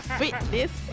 fitness